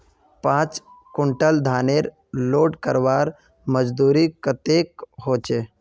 पाँच कुंटल धानेर लोड करवार मजदूरी कतेक होचए?